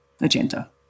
agenda